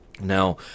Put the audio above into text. Now